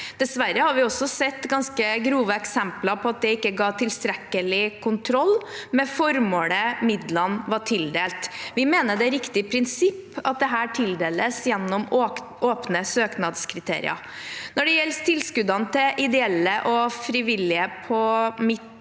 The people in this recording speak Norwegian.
Dessverre har vi også sett ganske grove eksempler på at det ikke ga tilstrekkelig kontroll med formålet midlene var tildelt. Vi mener det er et riktig prinsipp at dette tildeles gjennom åpne søknadskriterier. Når det gjelder tilskuddene til ideelle og frivillige på mitt